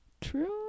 true